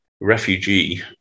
refugee